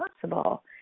possible